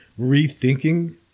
rethinking